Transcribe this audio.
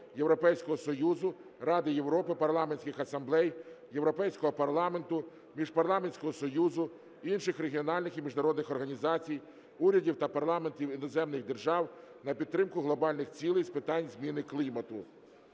Європейського Союзу, Ради Європи, парламентських асамблей, Європейського парламенту, Міжпарламентського союзу, інших регіональних і міжнародних організацій, урядів та парламентів іноземних держав, на підтримку глобальних цілей з питань зміни клімату